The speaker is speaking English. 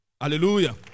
Hallelujah